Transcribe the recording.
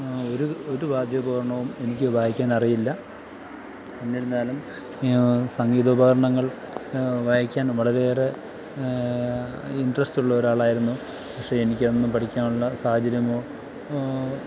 ഒരു ഒരു വാദ്യോപകരണവും എനിക്ക് വായിക്കാൻ അറിയില്ല എന്നിരുന്നാലും സംഗീതോപകരണങ്ങൾ വായിക്കാനും വളരെയേറെ ഇൻടറസ്റ്റ് ഉള്ള ഒരാളായിരിന്നു പക്ഷേ എനിക്കതൊന്നും പഠിക്കാനുള്ള സാഹചര്യമോ